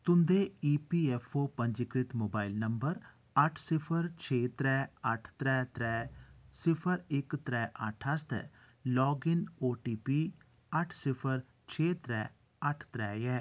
तुं'दे ईपीऐफ्फओ पंजीकृत mobile number अट्ठ सिफर छै त्रै अट्ठ त्रै त्रै सिफर एक त्रै अट्ठ आस्तै लाग इन ओटीपी अट्ठ सिफर छै त्रै अट्ठ त्रै ऐ